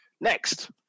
next